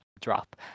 drop